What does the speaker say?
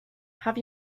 have